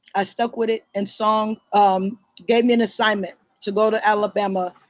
i stuck with it, and song um gave me an assignment to go to alabama,